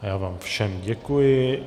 Já vám všem děkuji.